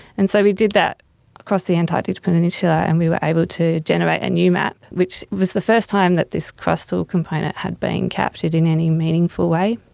and so we did that across the antarctic peninsula and we were able to generate a new map, which was the first time that this crustal component had been captured in any meaningful way.